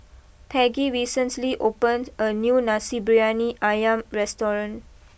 Peggy recently opened a new Nasi Briyani Ayam restaurant